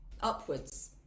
upwards